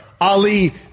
Ali